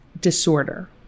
disorder